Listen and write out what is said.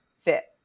fit